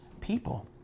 people